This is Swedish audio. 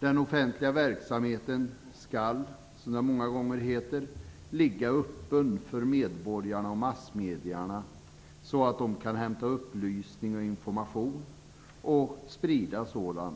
Den offentliga verksamheten skall, som det många gånger heter, ligga öppen för medborgarna och massmedierna, så att de kan hämta upplysningar och information och sprida sådan